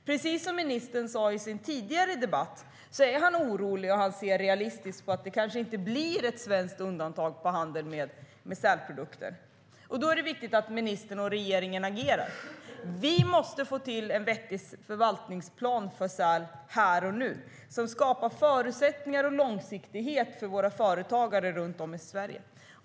Precis som ministern sa i sin tidigare debatt är han orolig, och han ser realistiskt på att det kanske inte blir ett svenskt undantag för handel med sälprodukter. Då är det viktigt att ministern och regeringen agerar. Vi måste få till en vettig förvaltningsplan för säl här och nu, som skapar förutsättningar och långsiktighet för våra företagare runt om i Sverige.